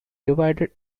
divided